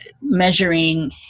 measuring